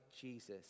Jesus